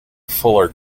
fuller